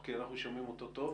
כי אנחנו שומעים אותו טוב?